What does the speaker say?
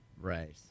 Right